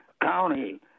county